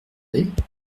demandé